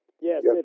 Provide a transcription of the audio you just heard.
Yes